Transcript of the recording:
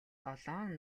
долоон